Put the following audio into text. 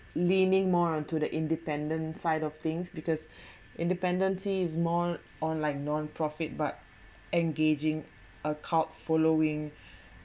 leaning more onto the independent side of things because independency is more on like nonprofit but engaging a cult following